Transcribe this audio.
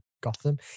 Gotham